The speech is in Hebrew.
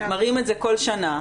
מראים את זה כל שנה,